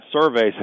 surveys